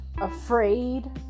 afraid